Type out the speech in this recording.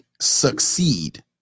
Succeed